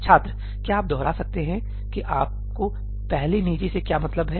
छात्र क्या आप दोहरा सकते हैं कि आपको पहले निजी से क्या मतलब है